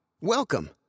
Welcome